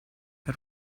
che